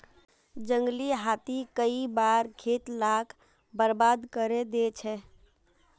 जंगली हाथी कई बार खेत लाक बर्बाद करे दे छे